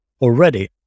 Already